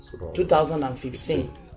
2015